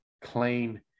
clean